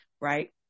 right